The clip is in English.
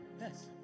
Yes